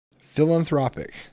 philanthropic